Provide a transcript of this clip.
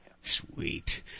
Sweet